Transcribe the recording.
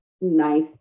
nice